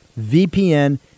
VPN